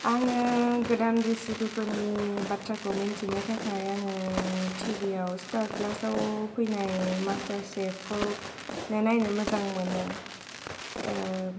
आङो गोदान रेसिफिफोरनि बाथ्राखौ मिनथिनो थाखाय आङो टिभियाव स्थार फ्लास आव फैनाय मास्टार सेफखौ नो नायनो मोजां मोनो